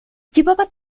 llevaba